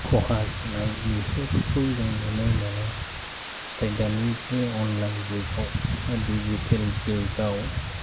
खहा जानाय बेफोरखौ जों नुनो मोनो नाथाय दानि जि अनलाइन जुगाव बा डिजिटेल जुगाव